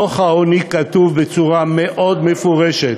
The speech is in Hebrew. בדוח העוני כתוב בצורה מאוד מפורשת: